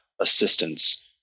assistance